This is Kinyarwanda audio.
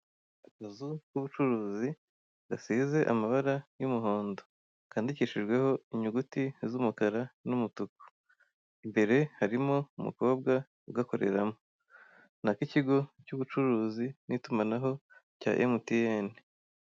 Akazu k'ubucuruzi gasize amabara y'umuhondo kandikishjweho inyuguti z'umukara n'umutuku. Imbere harimo umukobwa ugakoreramo ni ak'ikigo cy'ubucuruzi n'itumanaho rya emutiyeni.